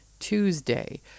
Tuesday